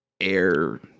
air